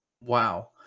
Wow